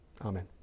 Amen